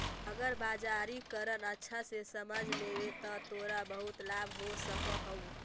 अगर बाजारीकरण अच्छा से समझ लेवे त तोरा बहुत लाभ हो सकऽ हउ